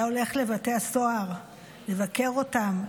היה הולך לבתי הסוהר לבקר אותם,